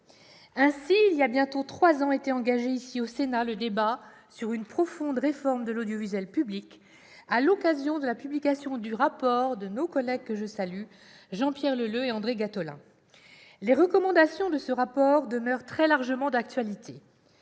Ainsi, il y a bientôt trois ans, était engagé au Sénat le débat sur une profonde réforme de l'audiovisuel public à l'occasion de la publication du rapport de nos collègues, que je salue, Jean-Pierre Leleux et André Gattolin. Les recommandations de ce rapport demeurent très largement d'actualité.